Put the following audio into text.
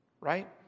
right